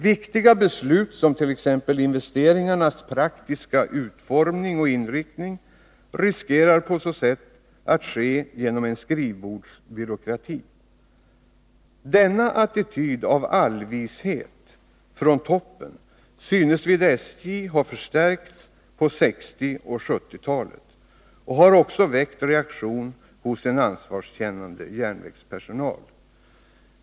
Viktiga beslut, t.ex. om investeringarnas praktiska utformning och inriktning, riskerar på så sätt att ske genom en skrivbordsbyråkrati. Denna attityd av allvishet i toppen synes vid SJ ha förstärkts under 1960 och 1970-talen, och den har också väckt reaktion hos en ansvarskännande järnvägspersonal.